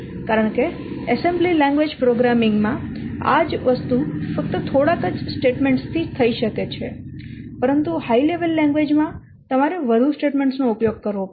કારણ કે assembly language programming માં આ જ વસ્તુ ફક્ત થોડાક જ સ્ટેટમેન્ટ્સ થી થઈ શકે છે પરંતુ હાય લેવલ લેંગ્વેજ માં તમારે વધુ સ્ટેટમેન્ટ્સ નો ઉપયોગ કરવો પડશે